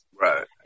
Right